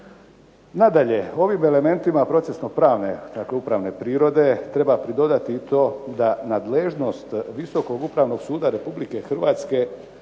Nadalje ovim elementima procesno-pravne, dakle upravne prirode treba pridodati to da nadležnost Visokog upravnog suda Republike Hrvatske